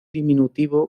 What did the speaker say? diminutivo